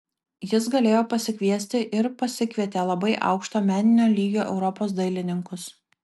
jis galėjo pasikviesti ir pasikvietė labai aukšto meninio lygio europos dailininkus